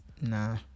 Nah